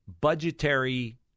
budgetary